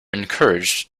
encouraged